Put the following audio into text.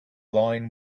line